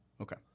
Okay